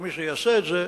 ומי שיעשה את זה,